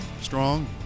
strong